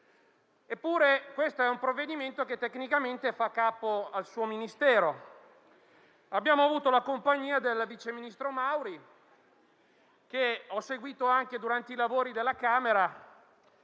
Lamorgese. Eppure, tecnicamente fa capo al suo Ministero. Abbiamo avuto la compagnia del vice ministro Mauri, che ho seguito anche durante i lavori della Camera,